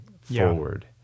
forward